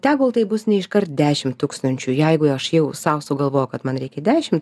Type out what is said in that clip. tegul tai bus ne iškart dešimt tūkstančių jeigu aš jau sau sugalvojau kad man reikia dešim